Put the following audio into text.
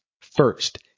First